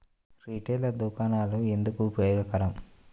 Retail దుకాణాలు ఎందుకు ఉపయోగకరం?